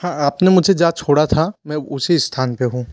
हाँ आपने मुझे जहाँ छोड़ा था मैं उसी स्थान पे हूँ